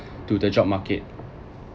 to the job market